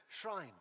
shrine